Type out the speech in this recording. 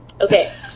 Okay